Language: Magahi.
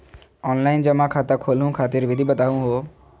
ऑनलाइन जमा खाता खोलहु खातिर विधि बताहु हो?